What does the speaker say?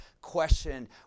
question